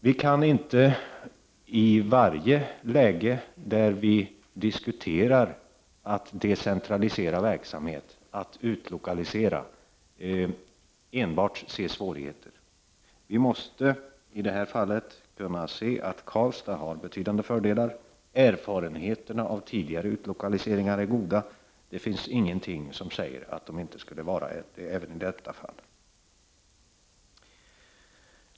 Vi kan inte i varje läge där vi diskuterar att decentralisera och utlokalisera verksamhet se enbart svårigheter. Vi måste i detta fall kunna se att Karlstad har betydande fördelar. Erfarenheterna av tidigare utlokaliseringar är goda, och det finns ingenting som säger att de inte skulle vara det även i detta fall.